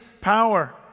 power